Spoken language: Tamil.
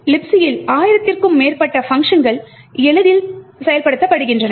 Libcயில் ஆயிரத்திற்கும் மேற்பட்ட பங்க்ஷன்கள் எளிதில் செயல்படுத்தப்படுகின்றன